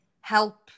help